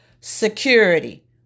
security